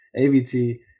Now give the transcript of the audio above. AVT